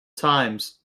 times